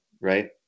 right